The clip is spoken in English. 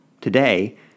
Today